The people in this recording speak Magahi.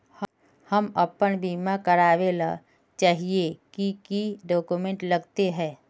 हम अपन बीमा करावेल चाहिए की की डक्यूमेंट्स लगते है?